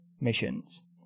missions